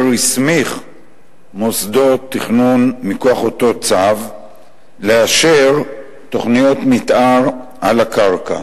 שהסמיך מוסדות תכנון מכוח אותו צו לאשר תוכניות מיתאר על הקרקע.